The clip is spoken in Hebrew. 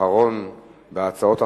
אחרון בהצעות אחרות,